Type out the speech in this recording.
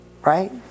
right